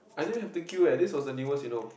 I don't even have to queue eh this was the newest you know